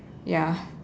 ya